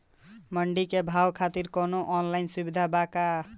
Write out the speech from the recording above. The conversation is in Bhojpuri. मंडी के भाव खातिर कवनो ऑनलाइन सुविधा बा का बताई?